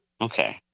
Okay